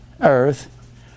Earth